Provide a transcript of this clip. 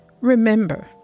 Remember